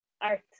art